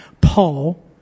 Paul